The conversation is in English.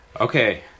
Okay